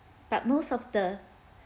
but most of the